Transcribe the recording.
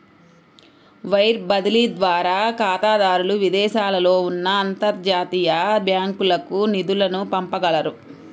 wire బదిలీ ద్వారా ఖాతాదారులు విదేశాలలో ఉన్న అంతర్జాతీయ బ్యాంకులకు నిధులను పంపగలరు